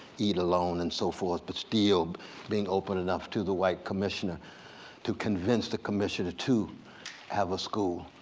eat alone, and so forth, but still being open enough to the white commissioner to convince the commissioner to to have a school.